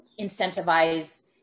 incentivize